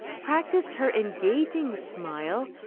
practiced her engaging smile,